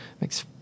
makes